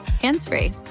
hands-free